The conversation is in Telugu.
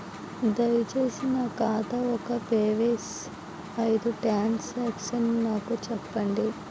దయచేసి నా ఖాతా యొక్క ప్రీవియస్ ఐదు ట్రాన్ సాంక్షన్ నాకు చూపండి